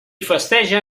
festeja